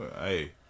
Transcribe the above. hey